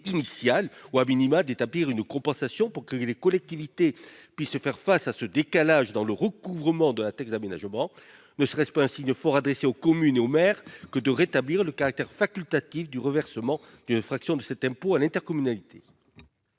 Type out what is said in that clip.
initial ou,, d'établir une compensation pour que les collectivités puissent faire face à ce décalage dans le recouvrement de la taxe d'aménagement ? Ne serait-ce pas un signe fort adressé aux communes et aux maires que de rétablir le caractère facultatif du reversement d'une fraction de cet impôt à l'intercommunalité